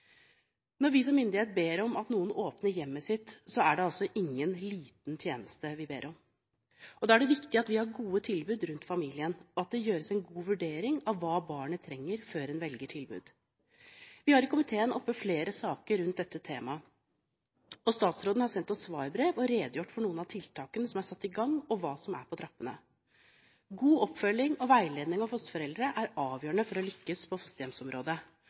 Når vi som myndighet ber om at noen åpner hjemmet sitt, er det altså ingen liten tjeneste vi ber om. Da er det viktig at vi har gode tilbud rundt familien, og at det gjøres en god vurdering av hva barnet trenger, før en velger tilbud. Vi har i komiteen oppe flere saker rundt dette temaet, og statsråden har sendt oss svarbrev og redegjort for noen av tiltakene som er satt i gang, og hva som er på trappene. God oppfølging og veiledning av fosterforeldre er avgjørende for å lykkes på fosterhjemsområdet.